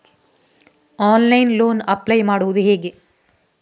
Online loan apply ಮಾಡುವುದು ಹೇಗೆ?